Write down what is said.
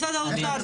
משרד האוצר,